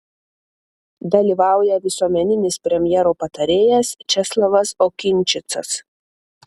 dalyvauja visuomeninis premjero patarėjas česlavas okinčicas